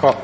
Slavko